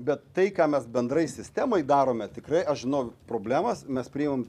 bet tai ką mes bendrai sistemoj darome tikrai aš žinau problemas mes priimam